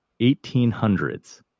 1800s